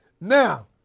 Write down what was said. Now